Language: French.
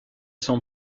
sent